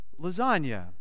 lasagna